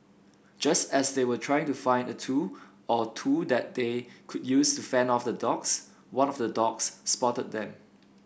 just as they were trying to find a tool or two that they could use to fend off the dogs one of the dogs spotted them